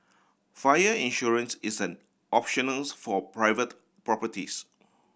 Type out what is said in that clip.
fire insurance is an optionals for private properties